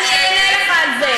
אני אענה לך על זה.